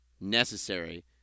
necessary